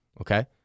okay